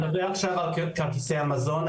אני מדבר עכשיו על כרטיסי המזון,